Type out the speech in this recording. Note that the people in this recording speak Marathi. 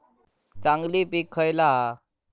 चांगली पीक खयला हा?